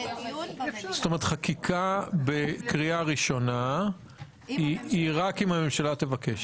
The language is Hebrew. חקיקה בקריאה ראשונה היא רק אם הממשלה תבקש.